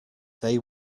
they